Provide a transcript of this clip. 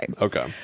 Okay